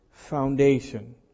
foundation